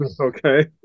Okay